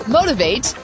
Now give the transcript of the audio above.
Motivate